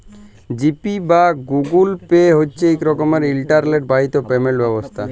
জি Pay বা Google Pay হছে ইক রকমের ইলটারলেট বাহিত পেমেল্ট ব্যবস্থা